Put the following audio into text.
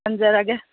ꯊꯝꯖꯔꯒꯦ